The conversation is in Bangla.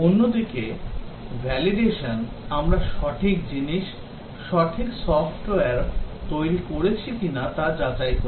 অন্যদিকে validation আমরা সঠিক জিনিস সঠিক সফ্টওয়্যার তৈরি করেছি কিনা তা যাচাই করে